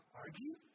argue